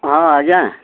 ହଁ ଆଜ୍ଞା